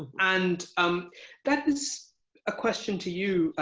and um that is a question to you,